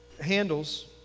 handles